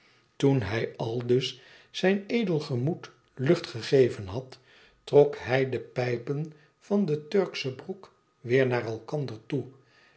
toen hij aldus zijn edel gemoed lucht gegeven had trok hij de pijpen van de turksche broek weer naar elkander toe